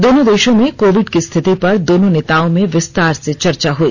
दोनों देशों में कोविड की स्थिति पर दोनों नेताओं में विस्तार से चर्चा हुई